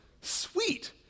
Sweet